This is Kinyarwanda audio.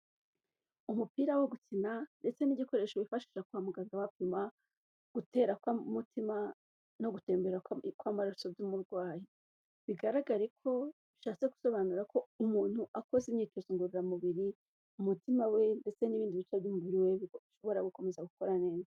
Umupira wo gukina ndetse n'igikoresho bifashi kwa muganga bapima gutera kw'umutima no gutembera kw'amaraso by'umurwayi bigaragare ko bishatse gusobanura ko umuntu akoze imyitozo ngororamubiri umutima we ndetse n'ibindi bice by'umubiri we bishobora gukomeza gukora neza.